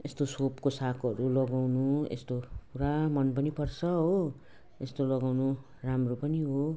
यस्तो सोफको सागहरू लगाउनु यस्तो पुरा मन पनि पर्छ हो यस्तो लगाउनु राम्रो पनि हो